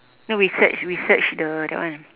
then we search we search the that one